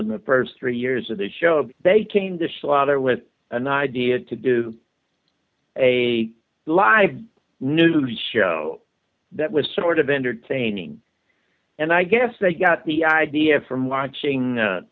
in the first three years of the show and they came to slaughter with an idea to do a live new show that was sort of entertaining and i guess they got the idea from watching